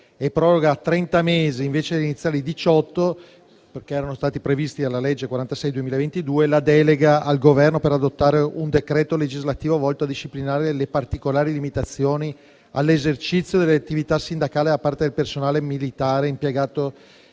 e proroga a trenta mesi, invece degli iniziali diciotto previsti dalla legge n. 46 del 2022, la delega al Governo per adottare un decreto legislativo volto a disciplinare le particolari limitazioni all'esercizio dell'attività sindacale da parte del personale militare impiegato